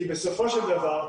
כי בסופו של דבר,